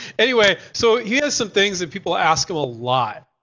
anyway, so he has some things that people ask him a lot.